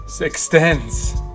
extends